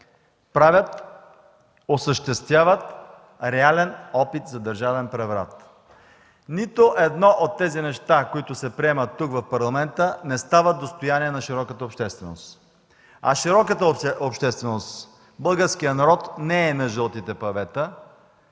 правят, осъществяват реален опит за държавен преврат. Нито едно от тези неща, които се приемат тук, в Парламента, не стават достояние на широката общественост. А широката общественост – българският народ, не е на жълтите павета,